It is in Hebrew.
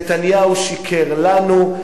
נתניהו שיקר לנו,